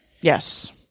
Yes